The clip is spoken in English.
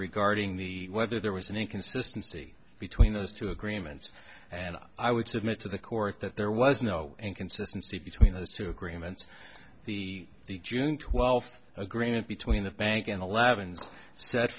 regarding the whether there was an inconsistency between those two agreements and i would submit to the court that there was no inconsistency between those two agreements the the june twelfth agreement between the bank and eleven's set